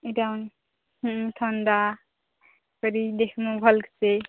ଏଇଟା ଅନ୍ ହୁଁ ଥଣ୍ଡା କରି ଦେଖବୁ ଭଲ ସେ